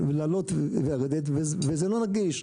זה לא נגיש.